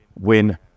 win